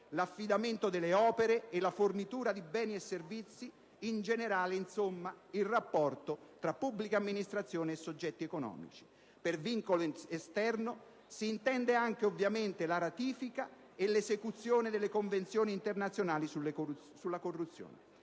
l'affidamento delle opere e la fornitura di beni e servizi: in generale, il rapporto tra pubblica amministrazione e soggetti economici. Per vincolo esterno si intende ovviamente anche la ratifica e l'esecuzione delle Convenzioni internazionali sulla corruzione.